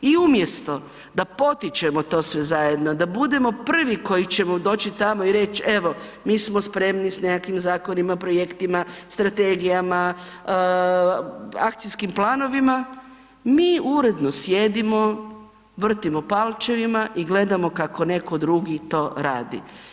I umjesto da potičemo to sve zajedno, da budemo prvi koji ćemo doći tamo i reći, evo mi smo spremni s nekakvim zakonima, projektima, strategijama, akcijskom planovima, mi uredno sjedimo, vrtimo palčevima i gledamo kako netko drugi to radi.